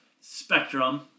spectrum